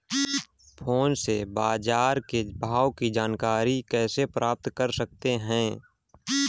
Phone से बाजार के भाव की जानकारी कैसे प्राप्त कर सकते हैं?